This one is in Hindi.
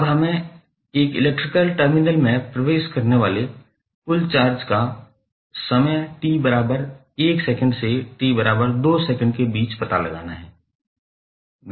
अब हमें एक इलेक्ट्रिकल टर्मिनल में प्रवेश करने वाले कुल चार्ज का समय t1 सेकंड से t2 सेकंड के बीच पता लगाना है